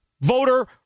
Voter